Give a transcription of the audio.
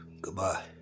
Goodbye